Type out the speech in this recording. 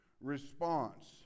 response